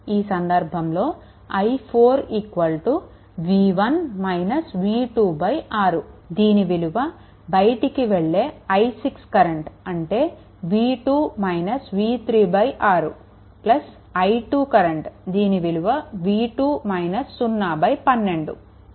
ఈ సంధర్భంలో i4 6 దీని విలువ బయటికి వెళ్ళే i6 కరెంట్ అంటే v2 - v3 6 i2 కరెంట్ దీని విలువ v2 - 0 12